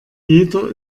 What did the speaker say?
jeder